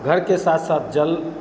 घर के साथ साथ जल